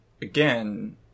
again